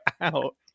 out